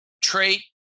trait